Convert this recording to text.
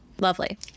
Lovely